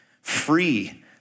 free